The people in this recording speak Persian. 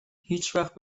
هیچوقت